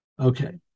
Okay